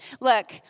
look